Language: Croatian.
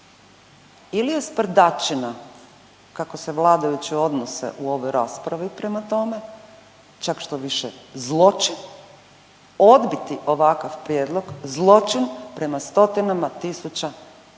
ili je sprdačina kako se vladajući odnose u ovoj raspravi prema tome, čak štoviše zločin, odbiti ovakav prijedlog zločin prema stotinama tisuća građana